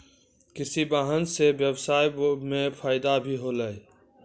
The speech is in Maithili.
कृषि वाहन सें ब्यबसाय म फायदा भी होलै